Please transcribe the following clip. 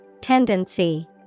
Tendency